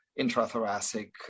intrathoracic